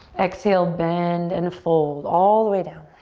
exhale, bend and fold all the way down.